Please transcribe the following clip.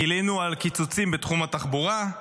גילינו על קיצוצים בתחום התחבורה,